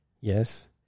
yes